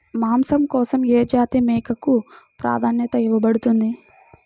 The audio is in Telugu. మాంసం కోసం ఏ జాతి మేకకు ప్రాధాన్యత ఇవ్వబడుతుంది?